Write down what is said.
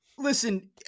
Listen